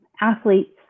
athletes